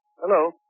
Hello